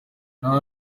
nta